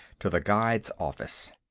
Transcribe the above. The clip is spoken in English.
to the guide's office.